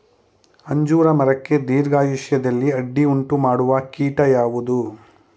ಅಂಜೂರ ಮರಕ್ಕೆ ದೀರ್ಘಾಯುಷ್ಯದಲ್ಲಿ ಅಡ್ಡಿ ಉಂಟು ಮಾಡುವ ಕೀಟ ಯಾವುದು?